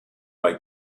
bei